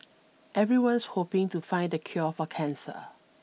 everyone's hoping to find the cure for cancer